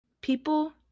People